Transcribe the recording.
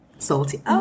salty